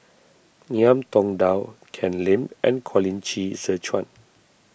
Ngiam Tong Dow Ken Lim and Colin Qi Zhe Quan